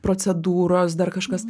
procedūros dar kažkas